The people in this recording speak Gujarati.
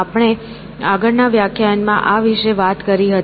આપણે આગળ ના વ્યાખ્યાયન માં આ વિશે વાત કરી હતી